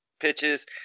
pitches